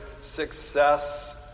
success